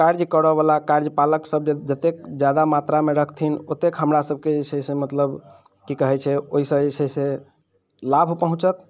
कार्य करऽवला कार्य पालक सभ जतेक जादा मात्रामे रखथिन ओतेक हमरा सभके जे छै से मतलब की कहै छै ओइ सँ जे छै से लाभ पहुँचत